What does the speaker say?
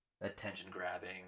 Attention-grabbing